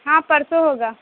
ہاں پرسوں ہوگا